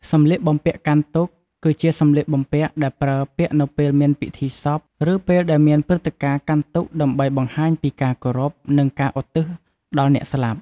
សម្លៀកបំពាក់កាន់ទុក្ខ គឺជាសម្លៀកបំពាក់ដែលប្រើពាក់នៅពេលមានពិធីសព ឬពេលដែលមានព្រឹត្តិការណ៍កាន់ទុក្ខដើម្បីបង្ហាញពីការគោរព និងការឧទ្ទិសដល់អ្នកស្លាប់។